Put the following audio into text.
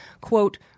quote